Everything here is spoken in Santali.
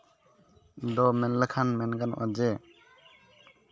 ᱫᱚ ᱢᱮᱱ ᱞᱮᱠᱷᱟᱱ ᱢᱮᱱ ᱜᱟᱱᱚᱜᱼᱟ ᱡᱮ